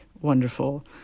wonderful